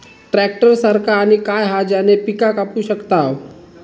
Tractor सारखा आणि काय हा ज्याने पीका कापू शकताव?